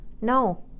No